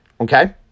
Okay